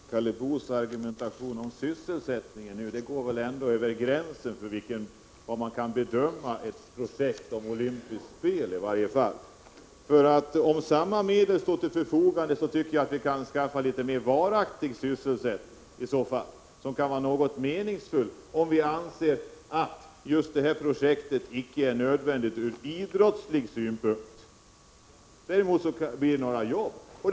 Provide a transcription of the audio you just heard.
Herr talman! Karl Boos argumentation om sysselsättningen går väl över gränsen för vad man kan bedöma i fråga om ett sådant projekt som olympiska spel. Om medel står till förfogande, tycker jag att de bör satsas på att skaffa mer varaktig sysselsättning. Det vore mera meningsfullt, om vi anser att det inte är nödvändigt ur idrottslig synpunkt att olympiska vinterspel arrangeras i Sverige.